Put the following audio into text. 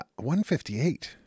158